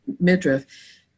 midriff